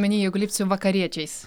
omeny jeigu lipt su vakariečiais